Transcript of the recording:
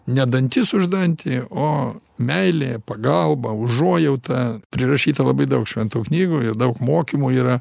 ne dantis už dantį o meilė pagalba užuojauta prirašyta labai daug šventų knygų ir daug mokymų yra